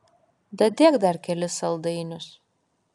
dadėk dar kelis saldainius